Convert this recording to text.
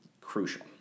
crucial